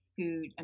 food